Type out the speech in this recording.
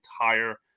entire